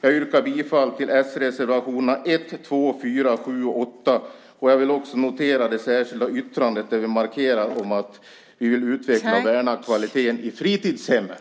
Jag yrkar bifall till s-reservationerna 1, 2, 4, 7 och 8, och jag vill också notera det särskilda yttrande där vi markerar att vi vill utveckla och värna kvaliteten i fritidshemmen.